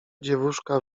dziewuszka